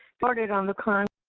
started on the content,